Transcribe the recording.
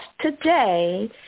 today